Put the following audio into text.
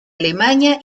alemania